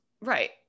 Right